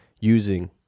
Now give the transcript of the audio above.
using